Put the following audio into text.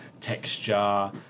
texture